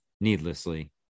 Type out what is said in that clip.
needlessly